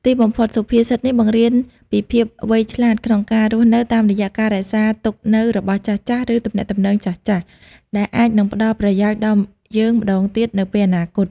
ទីបំផុត សុភាសិតនេះបង្រៀនពីភាពវៃឆ្លាតក្នុងការរស់នៅ តាមរយៈការរក្សាទុកនូវរបស់ចាស់ៗ ឬទំនាក់ទំនងចាស់ៗ ដែលអាចនឹងផ្តល់ប្រយោជន៍ដល់យើងម្តងទៀតនៅពេលអនាគត។